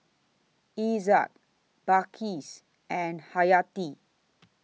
Izzat Balqis and Haryati